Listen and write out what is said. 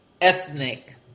Ethnic